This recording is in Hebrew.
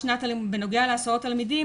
בנוגע להסעות תלמידים,